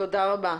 תודה רבה.